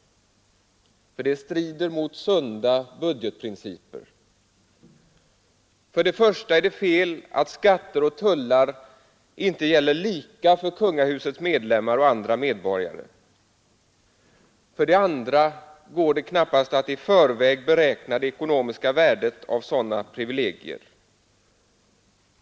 Det strider mot sunda budgetprinciper. För det första är det fel att skatter och tullar inte gäller lika för kungahusets medlemmar och andra medborgare. För det andra går det knappast att i förväg beräkna det ekonomiska värdet av sådana privilegier.